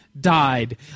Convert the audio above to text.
died